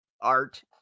art